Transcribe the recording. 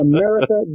America